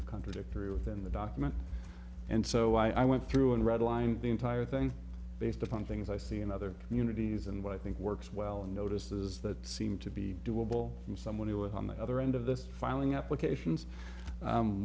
of contradictory within the document and so i went through and read line the entire thing based on things i see in other communities and what i think works well in notices that seem to be doable from someone who is on the other end of this filing applications